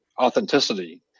authenticity